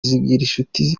zigirinshuti